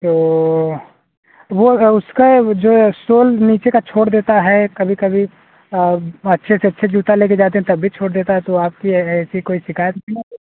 तो तो वो अगर उसका जो ये सोल नीचे का छोड़ देता है कभी कभी और अच्छे से अच्छे जूता लेके जाते हैं तब भी छोड़ देता है तो आपकी ऐसी कोई शिकायत नहीं ना